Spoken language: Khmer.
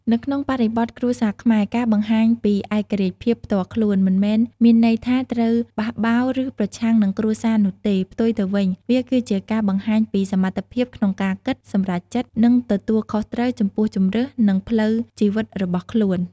នៅក្នុងបរិបទគ្រួសារខ្មែរ ការបង្ហាញពីឯករាជ្យភាពផ្ទាល់ខ្លួន មិនមែនមានន័យថាត្រូវបះបោរ ឬប្រឆាំងនឹងគ្រួសារនោះទេ ផ្ទុយទៅវិញ វាគឺជាការបង្ហាញពី សមត្ថភាពក្នុងការគិត សម្រេចចិត្ត និងទទួលខុសត្រូវ ចំពោះជម្រើស និងផ្លូវជីវិតរបស់ខ្លួន។